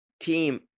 team